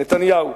נתניהו.